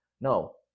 No